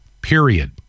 period